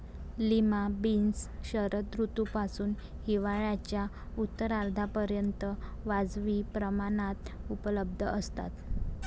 lima beans शरद ऋतूपासून हिवाळ्याच्या उत्तरार्धापर्यंत वाजवी प्रमाणात उपलब्ध असतात